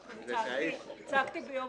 בטלפון.